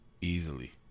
Easily